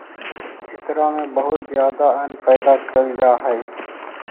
एकरा में बहुत ज्यादा अन्न पैदा कैल जा हइ